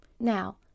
Now